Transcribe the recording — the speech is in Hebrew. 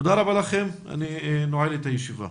תודה רבה לכם, אני נועל את הישיבה.